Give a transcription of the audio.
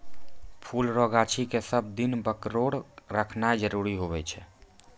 फुल रो गाछी के सब दिन बरकोर रखनाय जरूरी हुवै छै